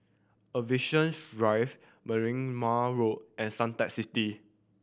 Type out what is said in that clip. Aviation Drive Merlimau Road and Suntec City